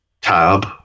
tab